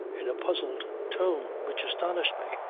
in a puzzled tone which astonished me.